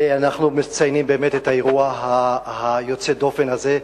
אנחנו מציינים באמת את האירוע היוצא דופן הזה,